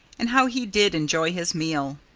and how he did enjoy his meal!